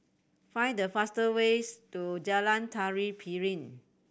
find the fastest ways to Jalan Tari Piring